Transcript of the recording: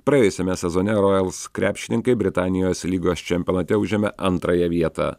praėjusiame sezone royals krepšininkai britanijos lygos čempionate užėmė antrąją vietą